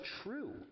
true